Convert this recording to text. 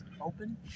open